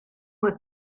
with